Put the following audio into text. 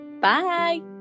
bye